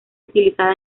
utilizada